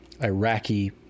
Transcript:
Iraqi